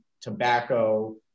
tobacco